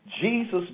Jesus